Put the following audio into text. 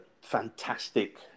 fantastic